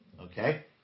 okay